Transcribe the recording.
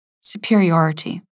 superiority